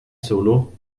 solo